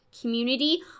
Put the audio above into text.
community